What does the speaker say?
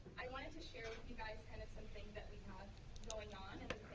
i wanted to share with you guys kind of something that we have going on and